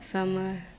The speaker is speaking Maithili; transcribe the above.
समय